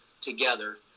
together